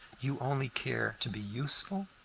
you only care to be useful?